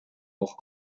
auch